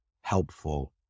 helpful